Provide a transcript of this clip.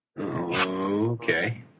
Okay